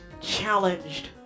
challenged